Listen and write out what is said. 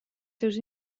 seus